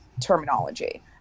terminology